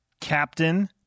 Captain